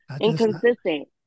inconsistent